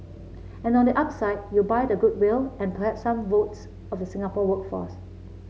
and on the upside you buy the goodwill and perhaps some votes of the Singapore workforce